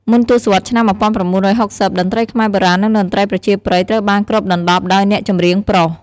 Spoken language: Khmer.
មុនទសវត្សរ៍ឆ្នាំ ១៩៦០ តន្ត្រីខ្មែរបុរាណ និងតន្ត្រីប្រជាប្រិយ ត្រូវបានគ្របដណ្ដប់ដោយអ្នកចម្រៀងប្រុស។